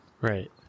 Right